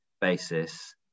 basis